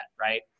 right